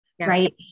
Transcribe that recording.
Right